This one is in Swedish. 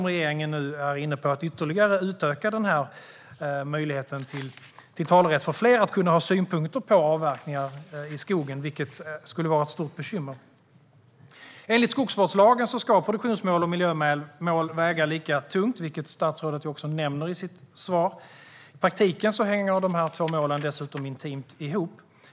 Regeringen verkar vara inne på att ytterligare utöka möjligheten till talerätt för fler att kunna ha synpunkter på avverkningar i skogen, vilket vore ett stort bekymmer. Enligt skogsvårdslagen ska produktionsmål och miljömål väga lika tungt, och det nämner statsrådet även i sitt svar. I praktiken hänger dessa båda mål intimt ihop.